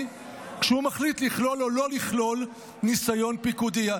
כשהוא מחליט לכלול או לא לכלול ניסיון פיקודי.